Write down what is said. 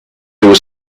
was